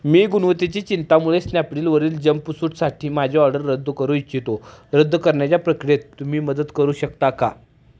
मी गुणवत्तेची चिंतामुळे स्नॅपडीलवरील जंपसूटसाठी माझी ऑर्डर रद्द करू इच्छितो रद्द करण्याच्या प्रक्रियेत तुम्ही मदत करू शकता का